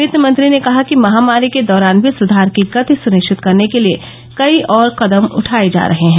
वित्तमंत्री ने कहा कि महामारी के दौरान भी सुधार की गति सुनिश्चित करने के लिए कई और कदम उठाए जा रहे हैं